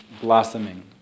blossoming